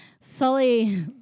Sully